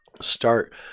start